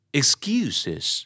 excuses